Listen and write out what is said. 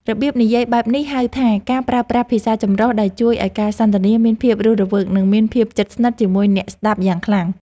របៀបនិយាយបែបនេះហៅថាការប្រើប្រាស់ភាសាចម្រុះដែលជួយឱ្យការសន្ទនាមានភាពរស់រវើក និងមានភាពជិតស្និទ្ធជាមួយអ្នកស្តាប់យ៉ាងខ្លាំង។